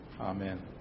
amen